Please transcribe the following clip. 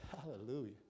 hallelujah